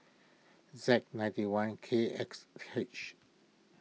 Z ninety one K X H